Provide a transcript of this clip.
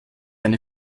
eine